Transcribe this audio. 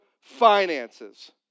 finances